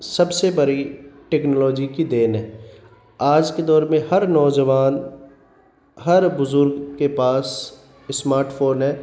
سب سے بری ٹیکنالوجی کی دین ہے آج کے دور میں ہر نوجوان ہر بزرگ کے پاس اسمارٹ فون ہے